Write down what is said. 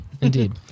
indeed